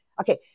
Okay